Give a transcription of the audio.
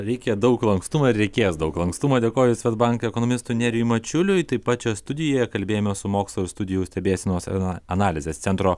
reikia daug lankstumo ir reikės daug lankstumo dėkoju swedbank ekonomistui nerijui mačiuliui tai pat šioje studijoje kalbėjomės su mokslo ir studijų stebėsenos ir analizės centro